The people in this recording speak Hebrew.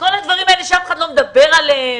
כל הדברים האלה שאף אחד לא מדבר עליהם,